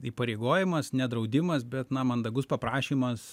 įpareigojimas ne draudimas bet na mandagus paprašymas